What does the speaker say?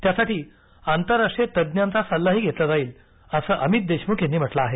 त्यासाठी आंतरराष्ट्रीय तज्ज्ञांचा सल्लाही घेतला जाईल असं अमित देशमुख यांनी म्हटलं आहे